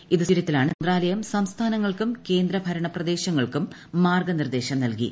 ഇതു സംബന്ധിച്ച് മന്ത്രാലയം സംസ്ഥാനങ്ങൾക്കും കേന്ദ്ര ഭരണ പ്രദേശങ്ങൾക്കും മാർഗ്ഗനിർദ്ദേശം നൽകി